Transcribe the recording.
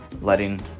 letting